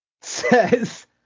says